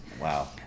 Wow